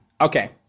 Okay